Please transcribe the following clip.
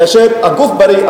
כאשר הגוף בריא,